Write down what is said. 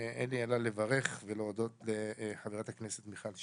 ואין לי אלא לברך ולהודות לחה"כ מיכל שיר,